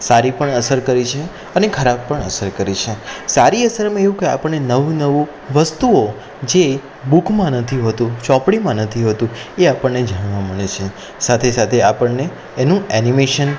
સારી પણ અસર કરી છે અને ખરાબ પણ અસર કરી છે સારી અસરમાં એવું કે આપણને નવું નવું વસ્તુઓ જે બુકમાં નથી હોતું ચોપડીમાં નથી હોતું એ આપણને જાણવા મળે છે સાથે સાથે આપણને એનું એનિમેશન